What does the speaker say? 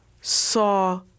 saw